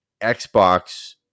Xbox